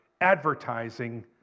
advertising